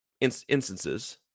instances